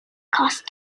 cost